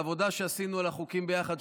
העבודה שעשינו על החוקים ביחד,